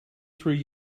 three